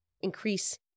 increase